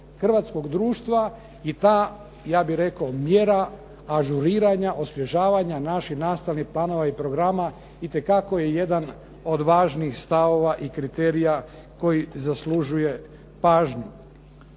hrvatskog društva i ta ja bih rekao mjera ažuriranja, osvježavanja naših nastalih planova i programa itekako je jedan od važnih stavova i kriterija koji zaslužuje pažnju.